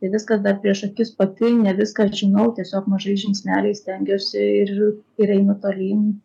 tai viskas dar prieš akis pati ne viską žinau tiesiog mažais žingsneliais stengiuosi ir ir einu tolyn